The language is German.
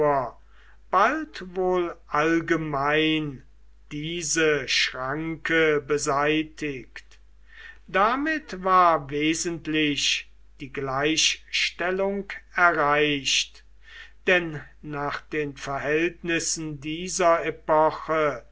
bald wohl allgemein diese schranke beseitigt damit war wesentlich die gleichstellung erreicht denn nach den verhältnissen dieser epoche